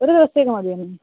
ഒരു ദിവസത്തേക്ക് മതിയോ